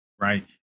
right